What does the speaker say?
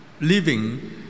living